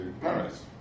Paris